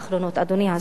אדוני השר,